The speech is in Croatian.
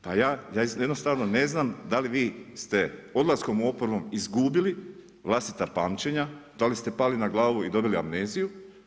Pa jednostavno ne znam da li vi ste odlaskom u oporbu izgubili vlastita pamćenja, da li ste pali na glavu i dobili amneziju.